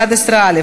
11א,